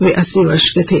वे अस्सी वर्ष के थे